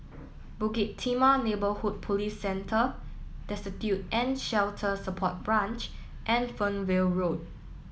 Bukit Timah Neighbourhood Police Centre Destitute and Shelter Support Branch and Fernvale Road